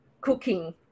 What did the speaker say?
cooking